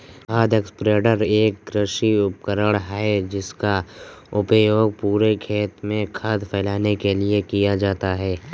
खाद स्प्रेडर एक कृषि उपकरण है जिसका उपयोग पूरे खेत में खाद फैलाने के लिए किया जाता है